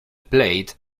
played